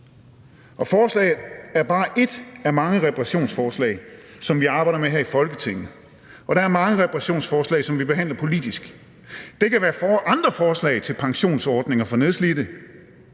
Forslaget er bare et af mange reparationsforslag, som vi arbejder med her i Folketinget, og der er mange reparationsforslag, som vi behandler politisk. Det kan være andre forslag til pensionsordninger for nedslidte.